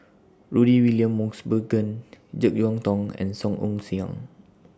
Rudy William Mosbergen Jek Yeun Thong and Song Ong Siang